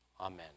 Amen